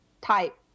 type